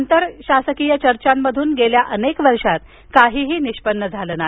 आंतर सरकारीय चर्चांमधून गेल्या अनेक वर्षांत काहीही निष्पन्न झाले नाही